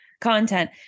content